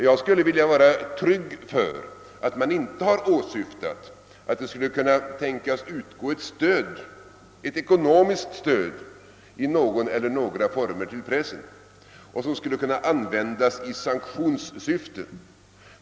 Jag skulle vilja vara förvissad om att man inte åsyftat ett ekonomiskt stöd till pressen, som skulle kunna brukas i sanktionssyfte.